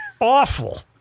awful